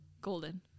golden